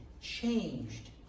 changed